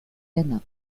ghana